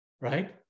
right